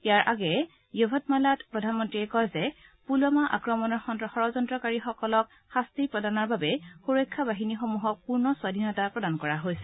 ইয়াৰ আগেয়ে য়ভটমালত প্ৰধানমন্তীয়ে কয় যে পূলৱামা আক্ৰমণৰ ষড়্যন্তকাৰীসকলক শাস্তি প্ৰদানৰ অৰ্থে সুৰক্ষা বাহিনীসমূহক পূৰ্ণ স্বাধীনতা প্ৰদান কৰা হৈছে